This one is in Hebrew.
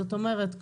זאת אומרת,